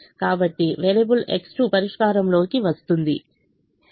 కాబట్టి variable X2 పరిష్కారంలోకి వస్తుంది